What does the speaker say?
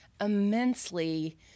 immensely